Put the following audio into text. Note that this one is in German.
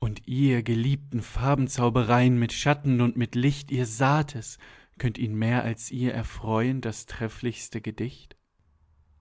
und ihr geliebten farbenzaubereien mit schatten und mit licht ihr saht es könnt ihn mehr als ihr erfreuen das trefflichste gedicht